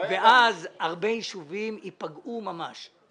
ואז הרבה יישובים ייפגעו ממש.